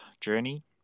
journey